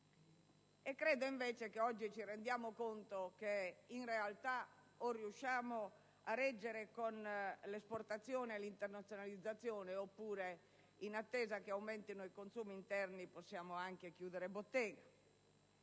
Credo però che oggi ci rendiamo conto che, in realtà, o riusciamo a reggere con l'esportazione e l'internazionalizzazione, oppure, in attesa che aumentino i consumi interni, possiamo anche chiudere bottega!